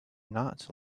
not